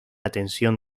atención